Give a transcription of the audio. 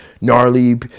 gnarly